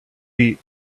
beat